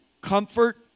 comfort